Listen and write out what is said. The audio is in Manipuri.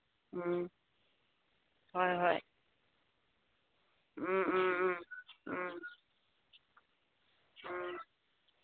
ꯎꯝ ꯍꯣꯏ ꯍꯣꯏ ꯎꯝ ꯎꯝ ꯎꯝ ꯎꯝ ꯎꯝ